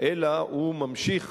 אלא הוא ממשיך